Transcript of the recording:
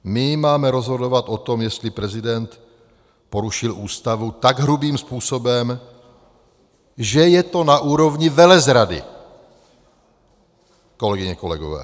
My máme rozhodovat o tom, jestli prezident porušil Ústavu tak hrubým způsobem, že je to na úrovni velezrady, kolegyně, kolegové.